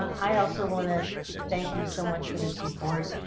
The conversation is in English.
i also wanna thank you so much for this report.